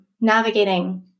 navigating